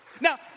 Now